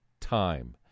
time